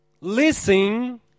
listening